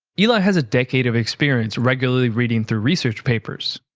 eli has a decade of experience regularly reading through research papers.